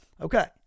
Okay